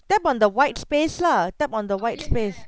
tap on the white space lah tap on the white space